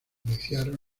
iniciaron